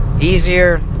easier